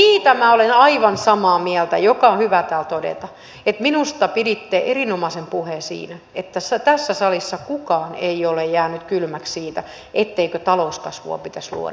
mutta siitä minä olen aivan samaa mieltä mikä on hyvä täällä todeta että minusta piditte erinomaisen puheen siinä että tässä salissa kukaan ei ole jäänyt kylmäksi sille etteikö talouskasvua pitäisi luoda